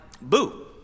boo